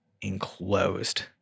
enclosed